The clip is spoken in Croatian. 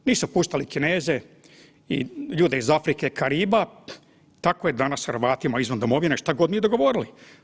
Nisu puštali Kineze i ljude iz Afrike, Kariba, tako je danas Hrvatima izvan domovine šta god mi govorili.